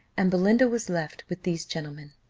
and belinda was left with these gentlemen.